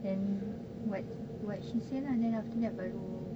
then what what she say lah then after that baru